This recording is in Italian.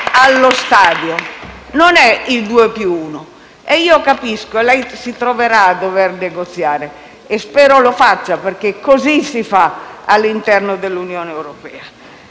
allo stadio, non è il due più uno. Io capisco e lei si troverà a dover negoziare, e spero lo faccia, perché così si fa all'interno dell'Unione europea